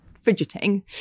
fidgeting